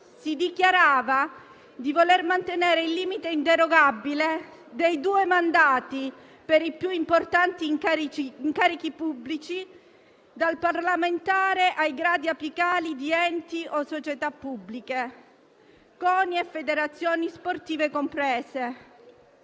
Si dichiarava di voler mantenere il limite inderogabile dei due mandati per i più importanti incarichi pubblici, dal parlamentare ai gradi apicali di enti o società pubbliche, CONI e federazioni sportive comprese,